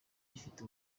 gifite